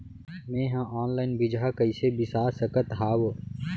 मे हा अनलाइन बीजहा कईसे बीसा सकत हाव